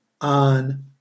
on